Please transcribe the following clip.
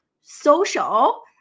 social